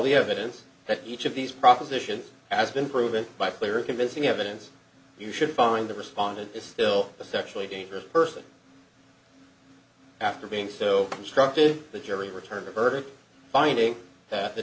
the evidence that each of these propositions as been proven by player convincing evidence you should find the respondent is still a sexually dangerous person after being so instructed the jury returned a verdict finding that the